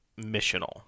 missional